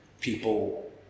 people